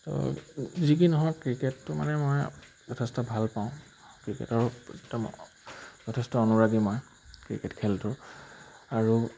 ত' যি কি নহওক ক্ৰিকেটটো মানে মই যথেষ্ট ভাল পাওঁ ক্ৰিকেটৰ একদম যথেষ্ট অনুৰাগী মই ক্ৰিকেট খেলটোৰ আৰু